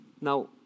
Now